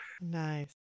Nice